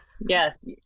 yes